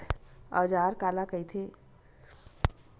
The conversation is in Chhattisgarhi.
औजार काला कइथे?